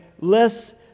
less